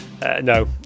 No